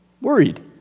worried